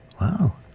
wow